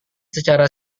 secara